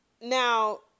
Now